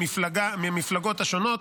מהמפלגות השונות,